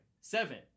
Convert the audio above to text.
Seven